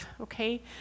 okay